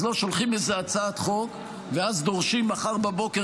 אז לא שולחים איזו הצעת חוק ואז דורשים מחר בבוקר